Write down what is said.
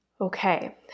Okay